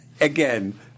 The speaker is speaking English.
again